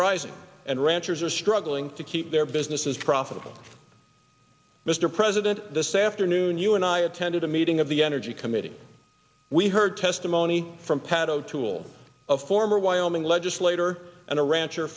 rising and ranchers are struggling to keep their businesses profitable mr president this afternoon you and i attended a meeting of the energy committee we heard testimony from pat o'toole of former wyoming legislator and a ranch